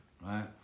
right